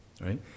right